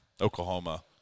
Oklahoma